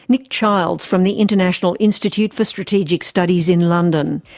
nick childs from the international institute for strategic studies in london.